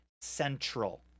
central